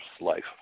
life